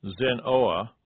Zenoa